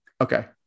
Okay